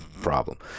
problem